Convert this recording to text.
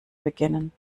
beginnen